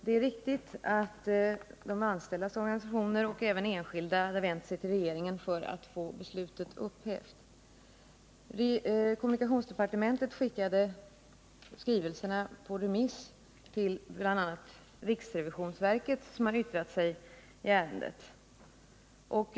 Det är riktigt att de anställdas organisationer och även enskilda hade vänt sig till regeringen för att få beslutet upphävt. Kommunikationsdepartementet skickade skrivelserna på remiss till bl.a. riksrevisionsverket, som yttrat sig i ärendet.